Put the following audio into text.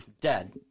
Dead